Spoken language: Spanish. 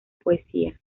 poesía